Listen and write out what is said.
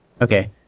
Okay